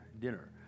dinner